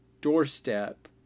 doorstep